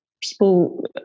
people